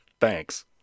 Thanks